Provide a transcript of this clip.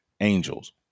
Angels